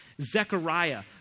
Zechariah